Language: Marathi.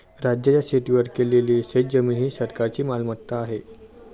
राज्याच्या शेतीवर केलेली शेतजमीन ही सरकारची मालमत्ता आहे